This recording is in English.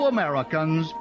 Americans